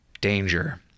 Danger